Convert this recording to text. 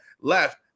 left